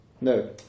No